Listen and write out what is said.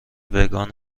وگان